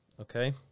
okay